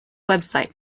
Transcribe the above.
website